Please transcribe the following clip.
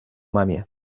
mamie